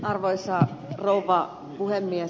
arvoisa rouva puhemies